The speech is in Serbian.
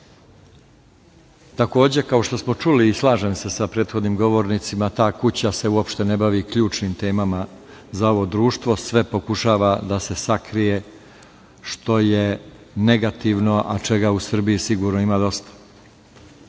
Takođe, kao što smo čuli i slažem se sa prethodnim govornicima, ta kuća se uopšte ne bavi ključnim temama za ovo društvo, sve pokušava da se sakrije, što je negativno, a čega u Srbiji sigurno ima dosta.